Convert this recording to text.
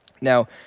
Now